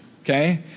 okay